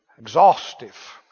Exhaustive